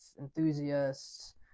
enthusiasts